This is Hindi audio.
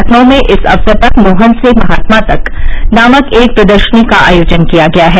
लखनऊ में इस अक्सर पर मोहन से महात्मा तक नामक एक प्रदर्शनी का आयोजन किया गया है